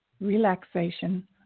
Relaxation